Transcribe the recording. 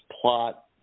plot